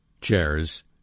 chairs